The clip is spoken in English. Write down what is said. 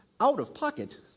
out-of-pocket